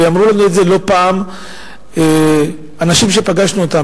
אמרו לנו את זה לא פעם אנשים שפגשנו אותם